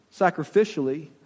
sacrificially